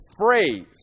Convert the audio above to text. phrase